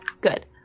Good